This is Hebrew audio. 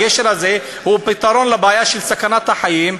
הגשר הזה הוא פתרון לבעיה של סכנת החיים,